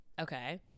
okay